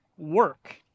work